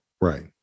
Right